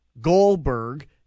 Goldberg